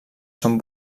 són